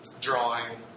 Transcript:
drawing